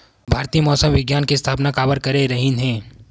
भारती मौसम विज्ञान के स्थापना काबर करे रहीन है?